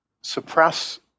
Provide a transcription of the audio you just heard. suppress